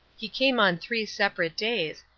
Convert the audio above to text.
he came on three separate days,